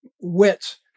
wits